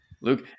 Luke